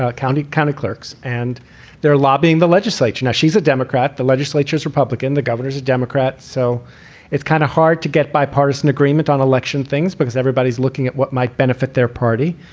ah county kind of clerks, and they're lobbying the legislature now. she's a democrat. the legislature is republican. the governor is a democrat. so it's kind of hard to get bipartisan agreement on election things because everybody's looking at what might benefit their party.